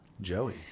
Joey